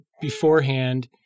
beforehand